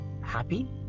happy